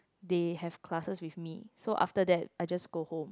they have classes with me so after that I just go home